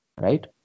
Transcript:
right